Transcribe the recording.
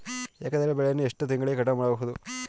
ಏಕದಳ ಬೆಳೆಯನ್ನು ಎಷ್ಟು ತಿಂಗಳಿಗೆ ಕಟಾವು ಮಾಡುತ್ತಾರೆ?